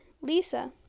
Lisa